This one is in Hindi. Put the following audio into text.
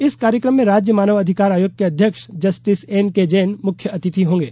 इस कार्यक्रम में राज्य मानव अधिकार आयोग के अध्यक्ष जस्टिस एनके जैन मुख्य अतिथि होंगे